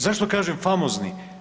Zašto kažem famozni?